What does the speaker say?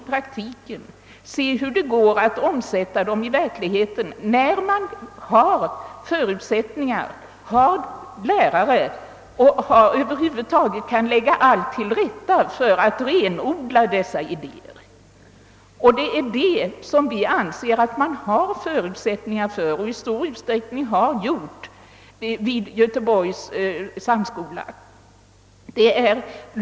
När man har lärare och över huvud taget har möjligheter att lägga allt till rätta för att renodla dessa idéer, bör man ta reda på hur bra det går att omsätta idéerna i verkligheten. Vi anser att sådana förutsättningar finns och att man även har omsatt idéerna i praktiken vid Göteborgs samskola.